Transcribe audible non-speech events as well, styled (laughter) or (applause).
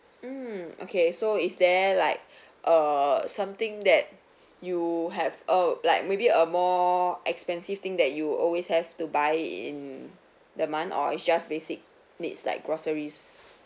mm okay so is there like (breath) uh something that you have orh like maybe a more expensive thing that you always have to buy in the month or it just basic needs like groceries